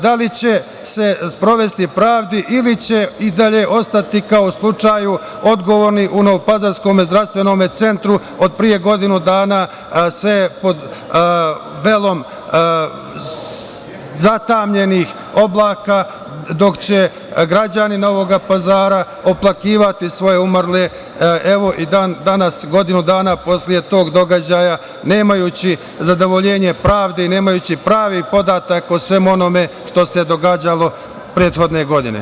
Da li će se sprovesti pravdi ili će i dalje ostati kao u slučaju odgovorni u novopazarskom zdravstvenom centru od pre godinu dana, sve pod velom zatamnjenih oblaka, dok će građani Novog Pazara oplakivati svoje umrle, evo, i dan-danas, godinu dana posle tog događaja, nemajući zadovoljenje pravde i nemajući pravi podatak o svemu onome što se događalo prethodne godine?